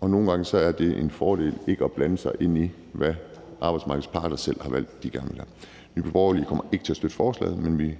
og nogle gange er det en fordel ikke at blande sig i, hvad arbejdsmarkedets parter selv har valgt de gerne vil have. Nye Borgerlige kommer ikke til at støtte forslaget, men vi